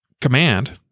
command